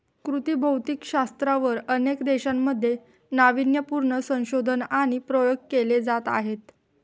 कृषी भौतिकशास्त्रावर अनेक देशांमध्ये नावीन्यपूर्ण संशोधन आणि प्रयोग केले जात आहेत